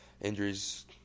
injuries